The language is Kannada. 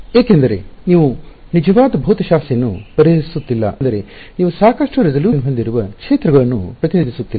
ಏಕೆಂದರೆ ನೀವು ನಿಜವಾದ ಭೌತಶಾಸ್ತ್ರದ ಸಮಸ್ಯೆಯನ್ನು ಪರಿಹರಿಸುತ್ತಿಲ್ಲ ಏಕೆಂದರೆ ನೀವು ಸಾಕಷ್ಟು ರೆಸಲ್ಯೂಶನ್ ಹೊಂದಿರುವ ಕ್ಷೇತ್ರಗಳನ್ನು ಪ್ರತಿನಿಧಿಸುತ್ತಿಲ್ಲ